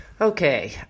Okay